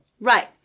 Right